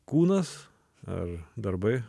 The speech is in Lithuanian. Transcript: kūnas ar darbai